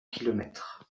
kilomètres